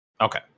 okay